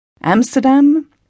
Amsterdam